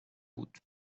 بود